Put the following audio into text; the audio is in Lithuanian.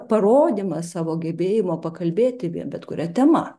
parodymas savo gebėjimo pakalbėti bet kuria tema